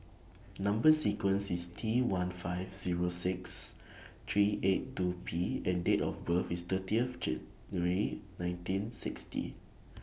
Number sequence IS T one five Zero six three eight two P and Date of birth IS thirtieth January nineteen sixty